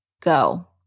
go